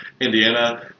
Indiana